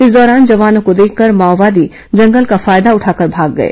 इस दौरान जवानों को देखकर माओवादी जंगल का फायदा उठाकर भाग गए